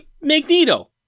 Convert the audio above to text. Magneto